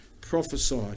prophesied